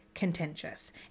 contentious